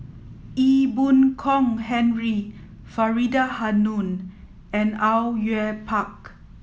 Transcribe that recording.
Ee Boon Kong Henry Faridah Hanum and Au Yue Pak